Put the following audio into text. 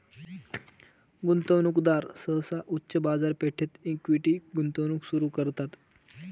गुंतवणूकदार सहसा उच्च बाजारपेठेत इक्विटी गुंतवणूक सुरू करतात